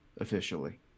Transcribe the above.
Officially